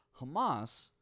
Hamas—